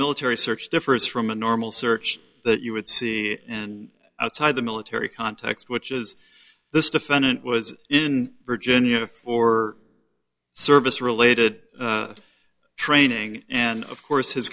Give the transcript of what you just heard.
military search differs from a normal search that you would see and outside the military context which is this defendant was in virginia for service related training and of course his